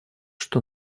что